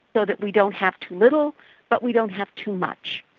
so that we don't have too little but we don't have too much.